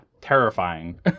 terrifying